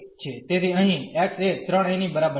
તેથી અહીં x એ 3 a ની બરાબર છે